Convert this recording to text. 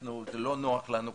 שזה לא נוח לנו כרגע,